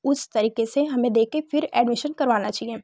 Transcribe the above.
उस तरीके से हमें देखकर फ़िर एडमिशन करवाना चाहिए